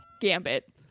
Gambit